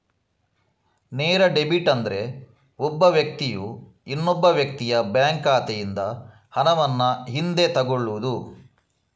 ನೇರ ಡೆಬಿಟ್ ಅಂದ್ರೆ ಒಬ್ಬ ವ್ಯಕ್ತಿಯು ಇನ್ನೊಬ್ಬ ವ್ಯಕ್ತಿಯ ಬ್ಯಾಂಕ್ ಖಾತೆಯಿಂದ ಹಣವನ್ನು ಹಿಂದೆ ತಗೊಳ್ಳುದು